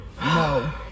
no